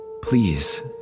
Please